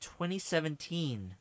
2017